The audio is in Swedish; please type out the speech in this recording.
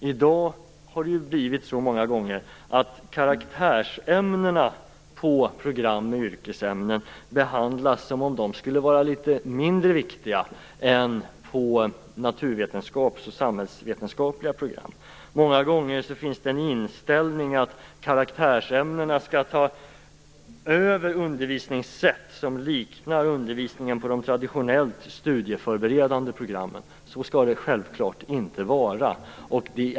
I dag behandlas många gånger karaktärsämnena på program med yrkesämnen som om de skulle vara mindre viktiga än de på naturvetenskapliga och samhällsvetenskapliga program. Många gånger är inställningen att man, när det gäller karaktärsämnena, skall ta över undervisningssätt som liknar undervisningen på de traditionellt studieförberedande programmen. Så skall det självfallet inte vara.